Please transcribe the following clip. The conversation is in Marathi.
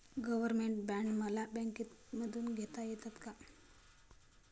गव्हर्नमेंट बॉण्ड मला बँकेमधून घेता येतात का?